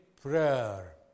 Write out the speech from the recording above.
prayer